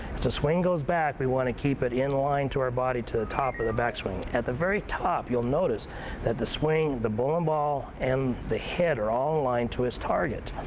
swing goes back we want to keep it in line to our body to the top of the back swing. at the very top you'll notice that the swing, the bowling ball and the head are all aligned to his target.